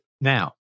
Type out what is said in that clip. Now